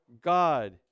God